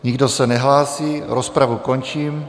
Nikdo se nehlásí, rozpravu končím.